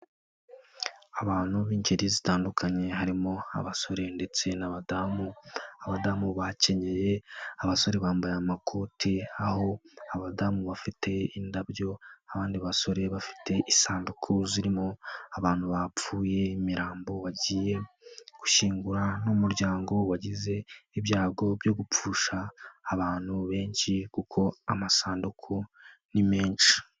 Abantu b'ingeri zitandukanye harimo abasore ndetse n'abadamu, abadamu bakenyeye, abasore bambaye amakoti, aho abadamu bafite indabyo abandi basore bafite isanduku zirimo abantu bapfuye, imirambo, bagiye gushyingura, ni umuryango wagize ibyago byo gupfusha abantu benshi kuko amasanduku ni menshi.